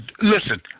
listen